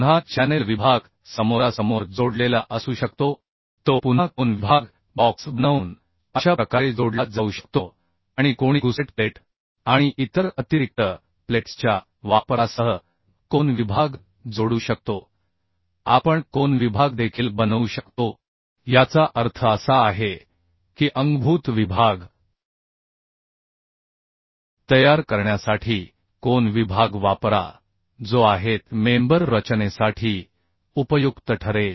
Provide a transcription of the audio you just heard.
पुन्हा चॅनेल विभाग समोरासमोर जोडलेला असू शकतो तो पुन्हा कोन विभाग बॉक्स बनवून अशा प्रकारे जोडला जाऊ शकतो आणि कोणी गुसेट प्लेट आणि इतर अतिरिक्त प्लेट्सच्या वापरासह कोन विभाग जोडू शकतो आपण कोन विभाग देखील बनवू शकतो याचा अर्थ असा आहे की अंगभूत विभाग तयार करण्यासाठी कोन विभाग वापरा जो टेन्शन मेंबर रचनेसाठी उपयुक्त ठरेल